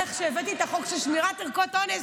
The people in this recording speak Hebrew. על איך שהבאתי את החוק של שמירת ערכות אונס,